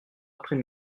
après